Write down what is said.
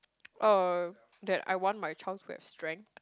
uh that I want my child to have strength